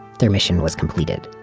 their mission was completed.